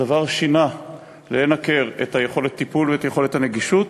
הדבר שינה ללא הכר את יכולת הטיפול ואת יכולת הנגישות.